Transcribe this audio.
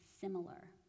similar